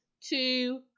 Two